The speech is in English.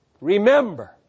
remember